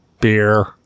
beer